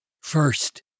First